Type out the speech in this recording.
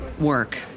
work